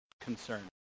concern